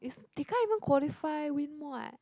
they can't even qualify win what